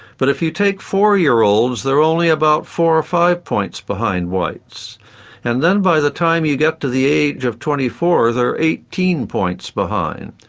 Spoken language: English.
but if you take four year olds they are only about four or five points behind whites and then by the time you get to the age of twenty four they are eighteen points behind.